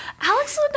alex